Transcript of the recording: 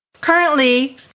currently